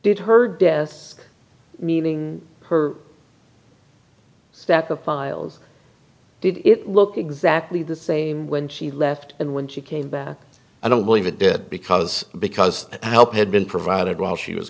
did her desk meaning her stack of files did it look exactly the same when she left and when she came back i don't believe it did because because help had been provided while she was